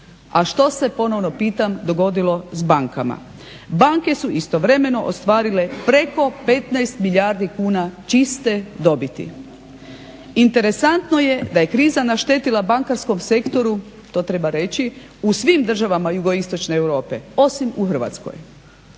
a što se ponovno pitam dogodilo s bankama? Banke su istovremeno ostvarile preko 15 milijardi kuna čiste dobiti. Interesantno je da je kriza naštetila bankarskom sektoru, to treba reći, u svim državama jugo-istočne Europe osim u Hrvatskoj.